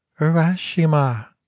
Urashima